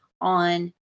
on